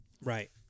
Right